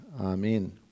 Amen